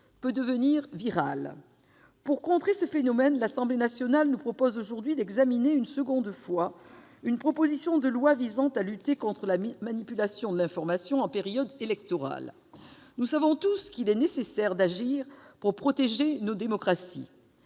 peut devenir virale. Pour contrer ce phénomène, l'Assemblée nationale nous transmet une seconde fois une proposition de loi visant à lutter contre la manipulation de l'information en période électorale. Nous savons tous qu'il est nécessaire d'agir pour protéger nos démocraties.